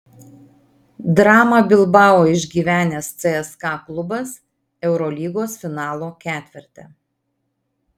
dramą bilbao išgyvenęs cska klubas eurolygos finalo ketverte